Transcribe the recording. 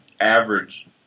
average